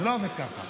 זה לא עובד ככה.